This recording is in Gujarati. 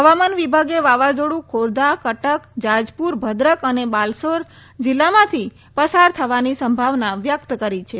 હવામાન વિભાગે વાવાઝોડું ખોરધા કટક જાજપુર ભરૂક અને બાલાસોર જિલ્લામાંથી પસાર થવાની સંભાવના વ્યક્ત કરી છે